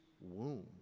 womb